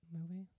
movie